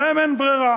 להם אין ברירה.